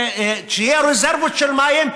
שיהיו רזרבות של מים,